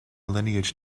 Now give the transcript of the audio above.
lineage